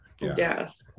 yes